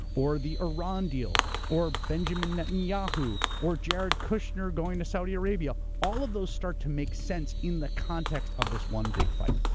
or the iran deal, or benjamin netanyahu, or jared kushner going to saudi arabia, all of those start to make sense in the context of this one big fight.